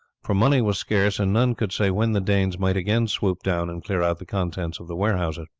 for money was scarce, and none could say when the danes might again swoop down and clear out the contents of the warehouses.